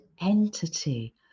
entity